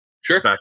Sure